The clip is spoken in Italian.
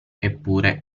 eppure